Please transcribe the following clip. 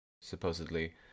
supposedly